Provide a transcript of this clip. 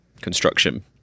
construction